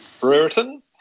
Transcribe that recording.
Brereton